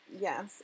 Yes